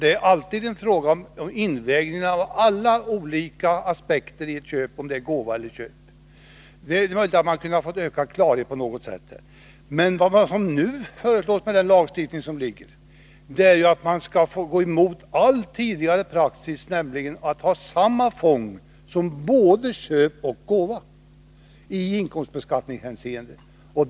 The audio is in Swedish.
Det är alltid fråga om invägning av alla olika aspekter för att man skall kunna avgöra om det är gåva eller köp. Det är, som sagt, möjligt att det kunnat gå att få ökad klarhet därvidlag. Men enligt den lagstiftning som nu föreslås skall man få gå ifrån all tidigare praxis och låta samma fång betraktas som både köp och gåva i inkomstbeskattningshänseende.